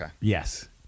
yes